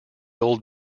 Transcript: old